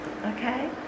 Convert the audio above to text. Okay